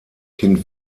kind